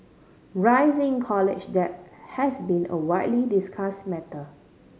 rising college debt has been a widely discussed matter